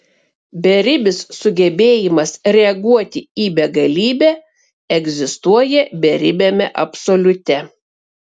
beribis sugebėjimas reaguoti į begalybę egzistuoja beribiame absoliute